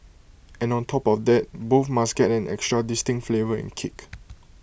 and on top of that both must get an extra distinct flavour and kick